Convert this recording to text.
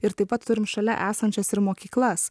ir taip pat turim šalia esančias ir mokyklas